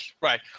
Right